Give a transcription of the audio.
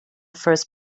first